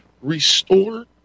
restore